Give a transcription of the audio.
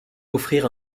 offrir